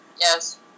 Yes